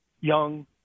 young